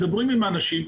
מדברים עם האנשים,